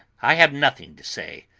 i have nothing to say.